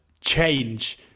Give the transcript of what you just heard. change